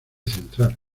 central